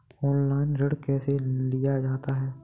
Online ऋण कैसे लिया जाता है?